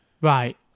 Right